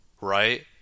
right